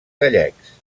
gallecs